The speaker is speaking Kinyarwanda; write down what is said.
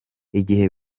igihe